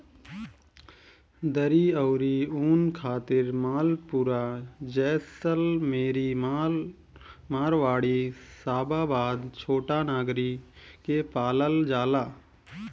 दरी अउरी ऊन खातिर मालपुरा, जैसलमेरी, मारवाड़ी, शाबाबाद, छोटानगरी के पालल जाला